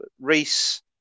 Reese